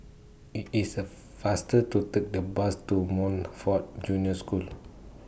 IT IS A faster to Take The Bus to Montfort Junior School